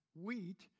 wheat